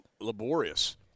laborious